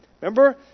Remember